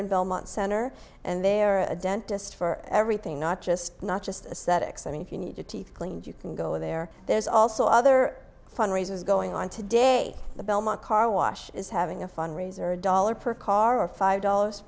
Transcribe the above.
in belmont center and there are a dentist for everything not just not just ascetics i mean if you need your teeth cleaned you can go there there's also other fundraisers going on today the belmont car wash is having a fundraiser a dollar per car or five dollars